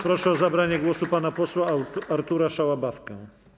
Proszę o zabranie głosu pana posła Artura Szałabawkę.